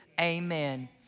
Amen